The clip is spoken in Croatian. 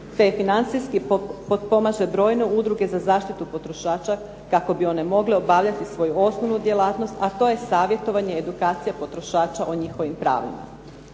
te financijski potpomaže brojne udruge za zaštitu potrošača kako bi one mogle obavljati svoju osnovnu djelatnost, a to je savjetovanje, edukacija potrošača o njihovim pravima.